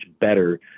better